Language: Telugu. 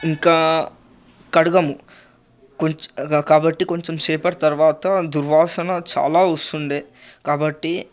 ఇంకా కడుగము కొంచ గా కాబట్టి కొంచెంసేపటి తర్వాత దుర్వాసన చాలా వస్తుండే కాబట్టి